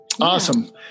Awesome